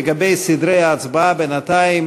לגבי סדרי ההצבעה, בינתיים